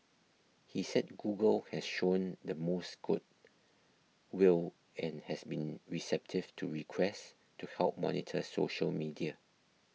he said Google has shown the most good will and has been receptive to requests to help monitor social media